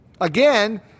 Again